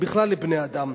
בכלל לבני-אדם.